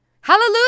Hallelujah